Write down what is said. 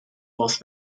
las